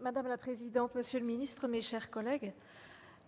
Madame la présidente, monsieur le secrétaire d'État, mes chers collègues,